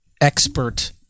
expert